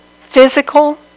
physical